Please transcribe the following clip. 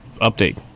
update